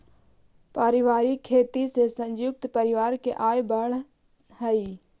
पारिवारिक खेती से संयुक्त परिवार के आय बढ़ऽ हई